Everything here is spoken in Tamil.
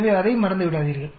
எனவே அதை மறந்துவிடாதீர்கள்